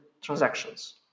transactions